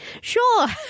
sure